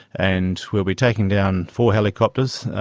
and we'll be taking down four helicopters,